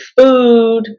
food